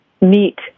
meet